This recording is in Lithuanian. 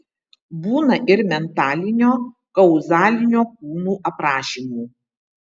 būna ir mentalinio kauzalinio kūnų aprašymų